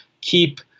keep